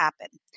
happen